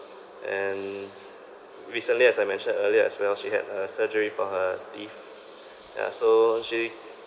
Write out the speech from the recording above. and recently as I mentioned earlier as well she had a surgery for her teeth ya so she